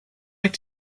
like